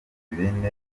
ibihumbi